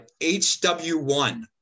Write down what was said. HW1